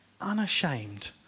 unashamed